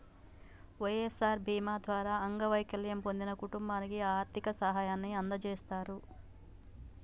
వై.ఎస్.ఆర్ బీమా ద్వారా అంగవైకల్యం పొందిన కుటుంబానికి ఆర్థిక సాయాన్ని అందజేస్తారు